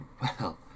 Well